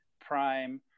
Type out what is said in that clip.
prime